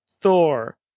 Thor